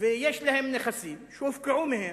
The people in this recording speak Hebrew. ויש להם נכסים שהופקעו מהם,